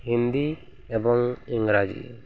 ହିନ୍ଦୀ ଏବଂ ଇଂରାଜୀ